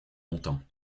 longtemps